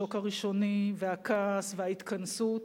השוק הראשוני והכעס וההתכנסות,